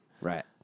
Right